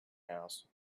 house